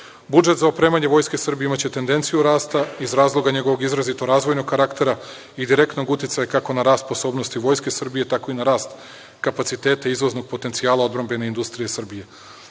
za opremanje Vojske Srbije imaće tendenciju rasta iz razloga njegovog izrazito razvojnog karaktera i direktnog uticaja kako na rast sposobnosti Vojske Srbije, tako i na rast kapaciteta izvoznog potencijala odbrambene industrije